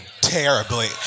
Terribly